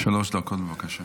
בבקשה.